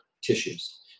tissues